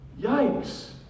yikes